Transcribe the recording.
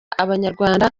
abanyarwanda